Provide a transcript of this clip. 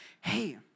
Hey